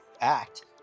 act